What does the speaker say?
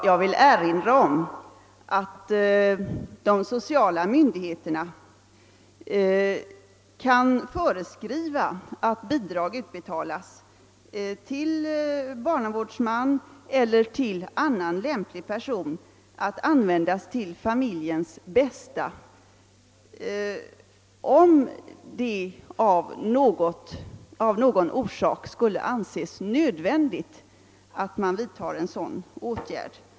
Jag vill erinra om att de sociala myndigheterna kan föreskriva att bidrag utbetalas till barnavårdsman eller till annan lämplig person att användas till familjens bästa, om det av någon anledning skulle anses nödvändigt att man vidtar en sådan åtgärd.